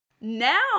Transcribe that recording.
Now